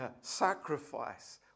sacrifice